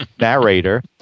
narrator